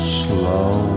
slow